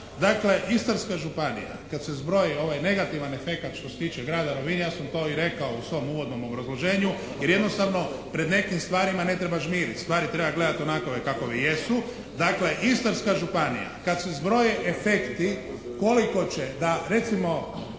Dakle, Istarska županija kada se zbroji ovaj negativan efekat što se tiče Grada Rovinja ja sam to i rekao u svom uvodnom obrazloženju, jer jednostavno pred nekim stvarima ne treba žmiriti. Stvari treba gledati onakove kakove jesu. Dakle, Istarska županija kad se zbroje efekti koliko će da recimo